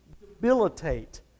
debilitate